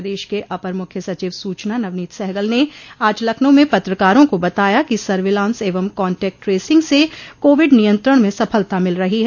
प्रदेश के अपर मुख्य सचिव सूचना नवनीत सहगल ने आज लखनऊ में पत्रकारों को बताया कि सर्विलांस कान्ट्रैक्ट ट्रेसिंग से कोविड नियंत्रण में सफलता मिल रही है